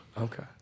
Okay